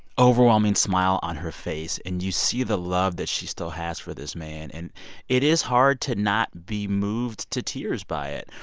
overwhelming smile on her face. and you see the love that she still has for this man. and it is hard to not be moved to tears by it.